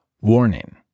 Warning